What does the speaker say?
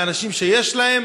מאנשים שיש להם,